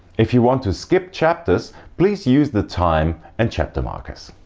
if you want to skip chapters please use the time and chapter markers.